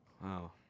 Wow